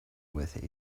with